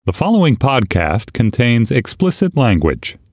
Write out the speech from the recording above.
the following podcast contains explicit language